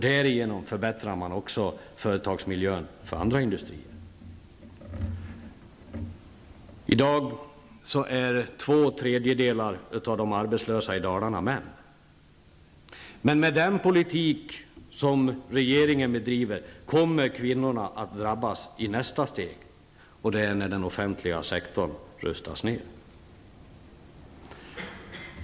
Därigenom förbättrar man också företagsmiljön för andra industrier. I dag är två tredjedelar av de arbetslösa i Dalarna män. Men med den politik som regeringen bedriver kommer kvinnorna att drabbas i nästa steg, när den offentliga sektorn rustas ner.